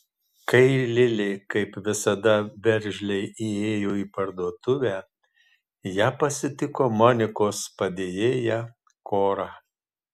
kai lilė kaip visada veržliai įėjo į parduotuvę ją pasitiko monikos padėjėja kora